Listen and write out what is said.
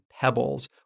pebbles